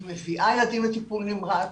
היא מביאה ילדים לטיפול נמרץ,